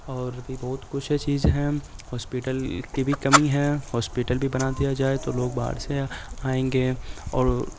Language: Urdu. اور بھی بہت کچھیں چیز ہیں ہاسپٹل کی بھی کمی ہے ہاسپٹل بھی بنا دیا جائے تو لوگ باہر سے آئیں گے اور